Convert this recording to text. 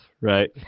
right